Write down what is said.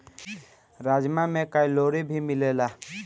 राजमा में कैलोरी भी मिलेला